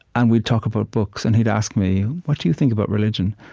and we'd talk about books. and he'd ask me, what do you think about religion?